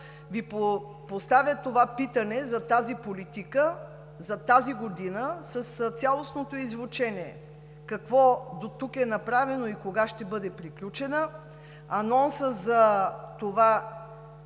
Ви поставя питането за тази политика, за тази година с цялостното ѝ звучене – какво дотук е направено и кога ще бъде приключена? Анонсът за това